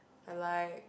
I like